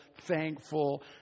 thankful